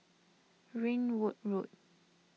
Ringwood Road